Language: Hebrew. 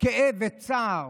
כאב וצער,